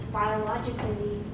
biologically